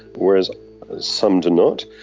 whereas some do not.